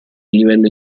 livello